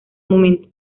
momento